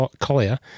Collier